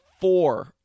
four